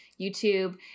YouTube